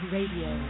Radio